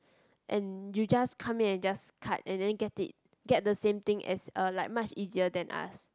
and you just come in and just cut and then get it get the same thing as uh like much easier than us